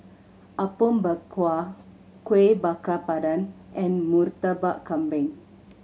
Apom Berkuah Kueh Bakar Pandan and Murtabak Kambing